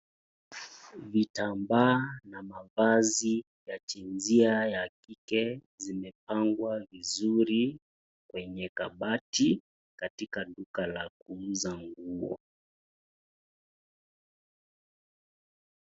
Vitambaa na mavazi ya jinsia ya kike, zimepangwa vizuri kwenye kabati, katika duka la kuuza nguo.